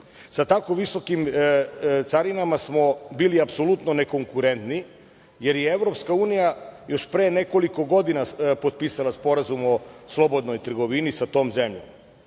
Sa tako visokim carinama smo bili apsolutno nekonkurentni, jer je Evropska unija još pre nekoliko godina potpisala Sporazum o slobodnoj trgovini sa tom zemljom.